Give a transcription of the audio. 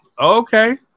Okay